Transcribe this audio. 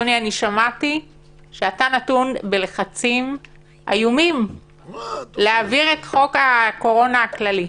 אדוני: אני שמעתי שאתה נתון בלחצים איומים להעביר את חוק הקורונה הכללי.